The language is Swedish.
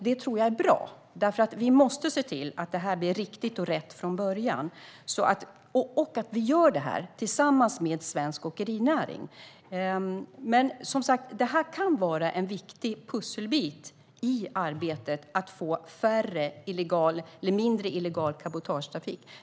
Det tror jag är bra, för vi måste se till att detta blir riktigt och rätt från början och att vi gör det tillsammans med svensk åkerinäring. Detta kan vara en viktig pusselbit i arbetet för att minska den illegala cabotagetrafiken.